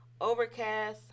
overcast